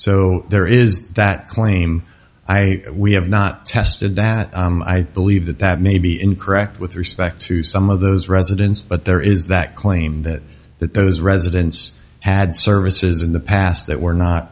so there is that claim i we have not tested that i believe that that may be incorrect with respect to some of those residents but there is that claim that that those residents had services in the past that were not